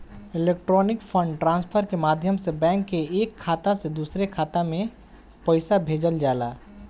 electronic fund transfer के माध्यम से बैंक के एक खाता से दूसरा खाता में पईसा भेजल जाला